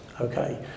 Okay